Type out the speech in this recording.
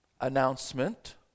announcement